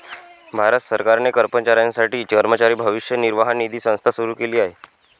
भारत सरकारने कर्मचाऱ्यांसाठी कर्मचारी भविष्य निर्वाह निधी संस्था सुरू केली आहे